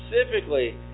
specifically